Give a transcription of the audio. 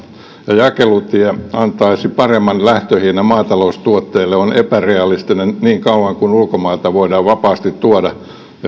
ja jakelutie antaisi paremman lähtöhinnan maataloustuotteille on epärealistinen niin kauan kuin ulkomailta voidaan vapaasti tuoda ja